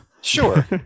Sure